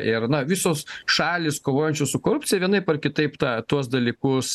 ir na visos šalys kovojančios su korupcija vienaip ar kitaip tą tuos dalykus